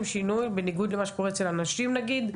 אני אשמח אם היושב ראש תכוון אותי לנקודות שהיא